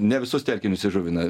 ne visus telkinius įžuvina